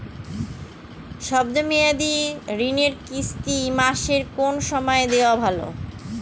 শব্দ মেয়াদি ঋণের কিস্তি মাসের কোন সময় দেওয়া ভালো?